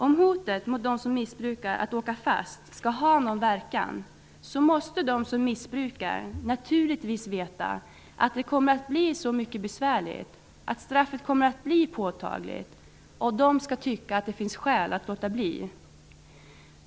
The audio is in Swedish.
Om hotet mot de missbrukande att åka fast skall ha någon verkan, måste de som missbrukar naturligtvis veta att det kommer att bli mycket besvärligt, att straffet kommer att bli så påtagligt att de skall tycka att det finns skäl att låta bli.